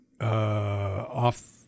off